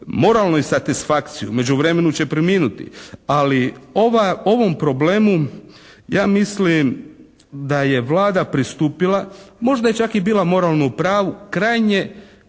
moralnoj satisfakciji. U međuvremenu će preminuti, ali ovaj, ovom problemu ja mislim da je Vlada pristupila, možda je čak i bila moralno u pravu, krajnje